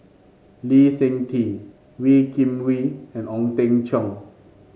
Lee Seng Tee Wee Kim Wee and Ong Teng Cheong